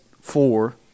four